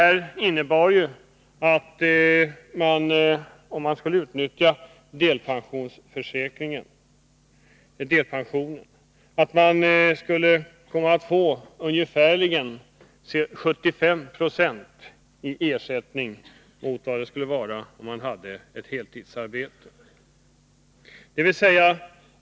Det innebär att en person får ungefär 75 20 av den inkomst han hade då han arbetade heltid.